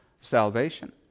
salvation